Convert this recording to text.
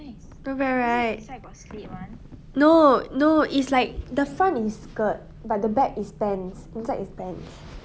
not bad right no no is like the front is skirt but the back is pants inside is pants